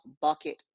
bucket